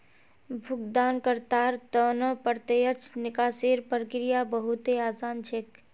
भुगतानकर्तार त न प्रत्यक्ष निकासीर प्रक्रिया बहु त आसान छेक